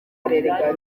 kw’ijana